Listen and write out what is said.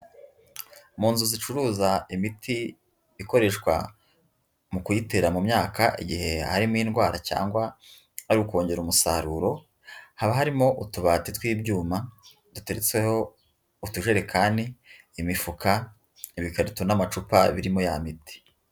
Mu nzu zicuruza imiti ikoreshwa mu kuyitera mu myaka igihe harimo indwara cyangwa ari ukongera umusaruro, haba harimo utubati tw'ibyuma duteretseho utujerekani, imifuka, ibikarito n'amacupa birimo ya miti.